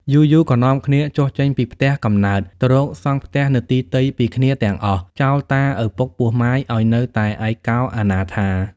យូរៗក៏នាំគ្នាចុះចេញពីផ្ទះកំណើត ទៅរកសង់ផ្ទះនៅទីទៃពីគ្នាទាំងអស់ ចោលតាឪពុកពោះម៉ាយឱ្យនៅតែឯកោអនាថា។